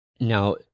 Now